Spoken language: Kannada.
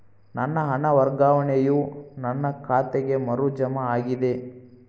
ನನ್ನ ಹಣ ವರ್ಗಾವಣೆಯು ನನ್ನ ಖಾತೆಗೆ ಮರು ಜಮಾ ಆಗಿದೆ